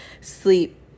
sleep